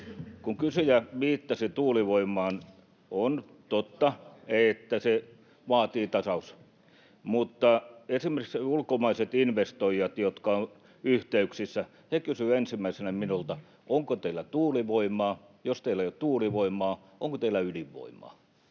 Kun kysyjä viittasi tuulivoimaan, on totta, että se vaatii tasausta, mutta esimerkiksi ulkomaiset investoijat, jotka ovat yhteyksissä, kysyvät ensimmäisenä minulta: onko teillä tuulivoimaa, ja jos teillä ei ole tuulivoimaa, onko teillä ydinvoimaa?